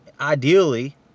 ideally